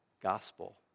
gospel